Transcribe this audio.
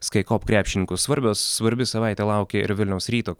skycop krepšininkus svarbios svarbi savaitė laukia ir vilniaus ryto